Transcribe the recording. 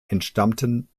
entstammten